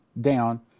down